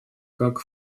как